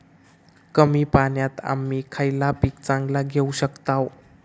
कमी पाण्यात आम्ही खयला पीक चांगला घेव शकताव?